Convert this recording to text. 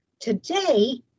Today